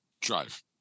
Drive